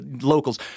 locals